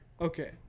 Okay